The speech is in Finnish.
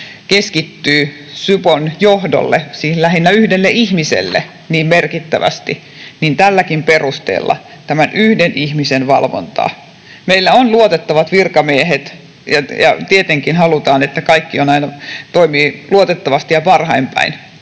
merkittävästi, siis lähinnä yhdelle ihmiselle, tälläkin perusteella tätä yhtä ihmistä valvottaisiin. Meillä on luotettavat virkamiehet, ja tietenkin halutaan, että kaikki aina toimivat luotettavasti ja parhain päin,